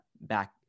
back